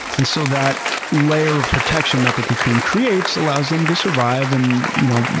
and so that layer of protection that the cocoon creates allows them to survive, and you know,